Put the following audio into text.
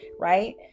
right